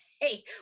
hey